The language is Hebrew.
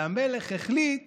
והמלך החליט